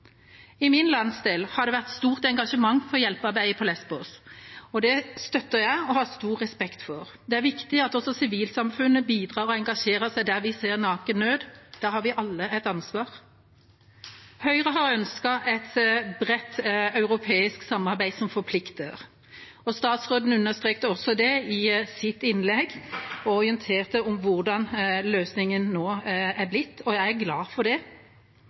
I min landsdel har det vært stort engasjement for hjelpearbeidet på Lésvos, og det støtter jeg og har stor respekt for. Det er viktig at også sivilsamfunnet bidrar og engasjerer seg der vi ser naken nød. Der har vi alle et ansvar. Høyre har ønsket et bredt europeisk samarbeid som forplikter. Statsråden understreket også det i sitt innlegg og orienterte om hvordan løsningen nå er blitt, og jeg er glad for det.